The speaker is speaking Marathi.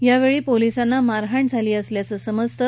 यावेळी पोलिसांना मारहाण झाली असल्याचं समजतं